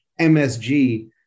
msg